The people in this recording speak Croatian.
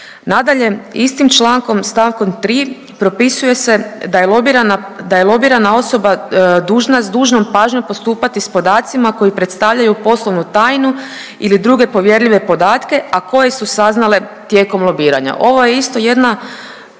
Nadalje, istim člankom stavkom 3. propisuje se da je, da je lobirana osoba dužna s dužnom pažnjom postupati s podacima koji predstavljaju poslovnu tajnu ili druge povjerljive podatke, a koje su saznale tijekom lobiranja. Ovo je isto jedna